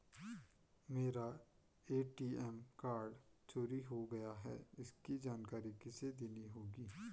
मेरा ATM card चोरी हो गया है इसकी जानकारी किसे देनी होगी?